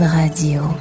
Radio